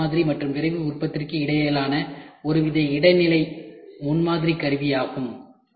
விரைவு முன்மாதிரி மற்றும் விரைவு உற்பத்திக்கு இடையிலான ஒருவித இடைநிலை முன்மாதிரி கருவி ஆகும்